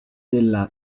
della